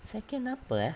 second apa ah